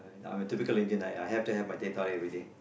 I'm a typical Indian I have to have my teh-tarik everyday